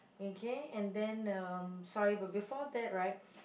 and K and then um sorry but before that right